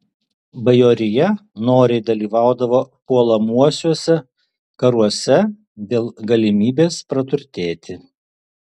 bajorija noriai dalyvaudavo puolamuosiuose karuose dėl galimybės praturtėti